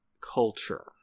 culture